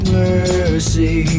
mercy